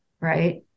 right